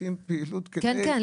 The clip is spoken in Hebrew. מבקשים פעילות כדי לתת --- כן,